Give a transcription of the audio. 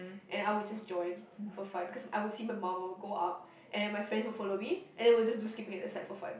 and I would just join for fun cause I would see my mum or I would go up and then my friends will follow me and then we'll just do skipping at the side for fun